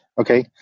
okay